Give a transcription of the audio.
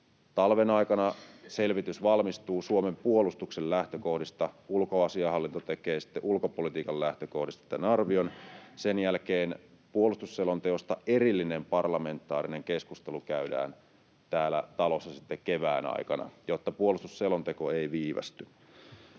talven aikana valmistuu selvitys Suomen puolustuksen lähtökohdista, ja ulkoasiainhallinto tekee sitten ulkopolitiikan lähtökohdista tämän arvion. Sen jälkeen puolustusselonteosta erillinen parlamentaarinen keskustelu käydään täällä talossa sitten kevään aikana, jotta puolustusselonteko ei viivästy.